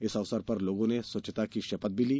इस अवसर पर लोगों ने स्वच्छता की शपथ भी ली